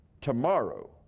tomorrow